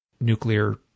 nuclear